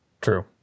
true